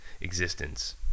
existence